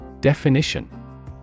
Definition